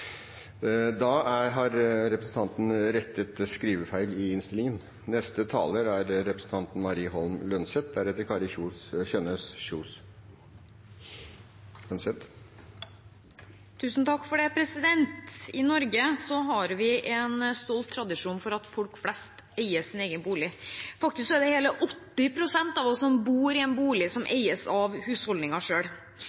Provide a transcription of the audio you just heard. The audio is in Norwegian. Da har representanten rettet skrivefeil i innstillingen. I Norge har vi en stolt tradisjon for at folk flest eier sin egen bolig. Faktisk bor hele 80 pst. av oss i en bolig som